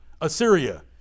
Assyria